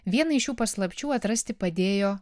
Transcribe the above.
vieną iš šių paslapčių atrasti padėjo